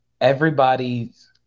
everybody's